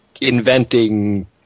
inventing